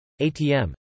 ATM